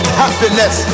happiness